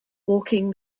walking